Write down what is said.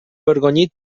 avergonyit